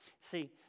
See